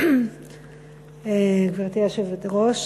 גברתי היושבת-ראש,